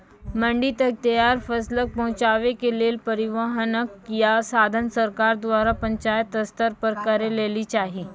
मंडी तक तैयार फसलक पहुँचावे के लेल परिवहनक या साधन सरकार द्वारा पंचायत स्तर पर करै लेली चाही?